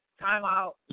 timeout